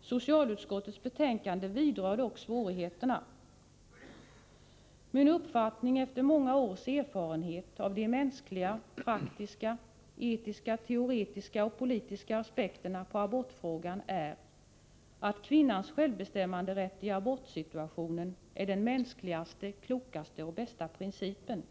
i socialutskottets betänkande vidrörs svårigheterna. Min uppfattning är, efter många års erfarenhet av de mänskliga, praktiska, etiska, teoretiska och politiska aspekterna på abortfrågan, att kvinnans självbestämmanderätt i abortsituationen är den mänskligaste, klokaste och bästa principen.